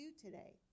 today